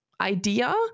idea